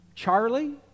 Charlie